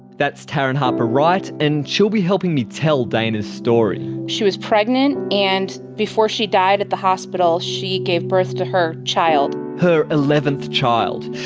that's taryn harper wright, and she'll be helping me tell dana's story. she was pregnant, and before she died at the hospital she gave birth to her child. her eleventh child.